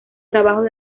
trabajos